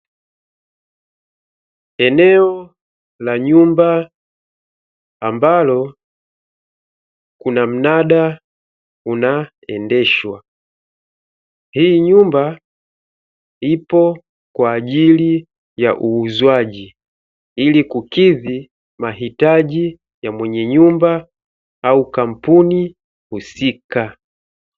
Eneo la nyumba ambalo kuna mnada unaendeshwa hii nyumba ipo kwa ajili ya uuzwaji, ili kukidhi mahitaji ya mwenye nyumba au kampuni husika.